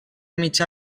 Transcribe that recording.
mitjà